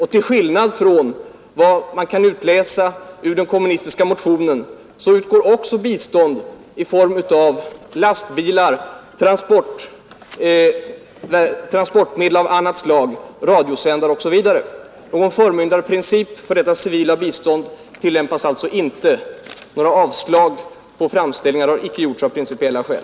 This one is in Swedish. Och till skillnad från vad man kan utläsa ur den kommunistiska motionen utgår också bistånd i form av lastbilar, transportmedel av annat slag, radiosändare osv. Någon förmyndarprincip för detta civila bistånd tillämpas alltså inte. Avslag på framställningar har icke gjorts av principiella skäl.